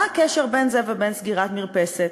מה הקשר בין זה ובין סגירת מרפסת?